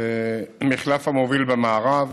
ומחלף המוביל במערב,